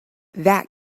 that